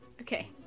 Okay